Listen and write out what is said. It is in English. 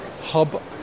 hub